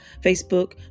Facebook